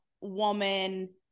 woman